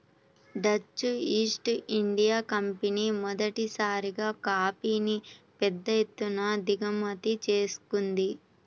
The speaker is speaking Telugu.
డచ్ ఈస్ట్ ఇండియా కంపెనీ మొదటిసారిగా కాఫీని పెద్ద ఎత్తున దిగుమతి చేసుకుంది